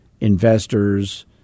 investors